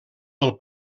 del